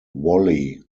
wholly